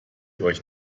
euch